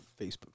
Facebook